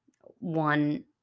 one